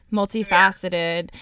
multifaceted